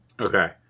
okay